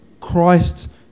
Christ